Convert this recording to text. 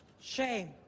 Shame